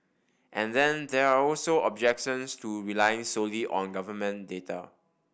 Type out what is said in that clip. and then there are also objections to relying solely on government data